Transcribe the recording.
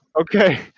Okay